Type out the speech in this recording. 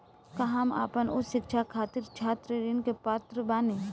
का हम आपन उच्च शिक्षा के खातिर छात्र ऋण के पात्र बानी?